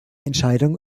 entscheidung